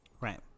Right